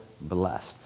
blessed